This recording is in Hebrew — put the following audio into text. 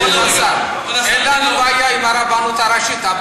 אין לנו בעיה עם הרבנות הראשית.